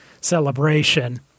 celebration